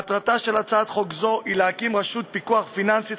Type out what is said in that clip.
מטרתה של הצעת חוק זו היא להקים רשות פיקוח פיננסית